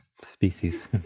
species